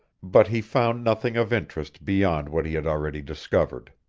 but he found nothing of interest beyond what he had already discovered.